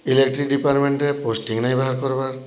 electric ଡ଼ିପାର୍ଟ୍ମେଣ୍ଟ୍ରେ posting ନାଇଁ ବାହାର୍ କର୍ବାର୍